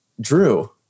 Drew